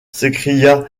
s’écria